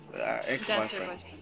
ex-boyfriend